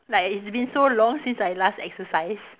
like it's been so long since I last exercise